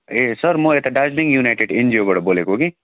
ए sir म यता Darjeeling united एनजिओबाट बोलेको कि